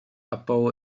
abbau